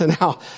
Now